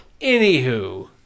Anywho